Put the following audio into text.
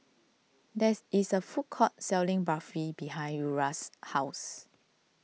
there's is a food court selling Barfi behind Uriah's house